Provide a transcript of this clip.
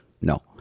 No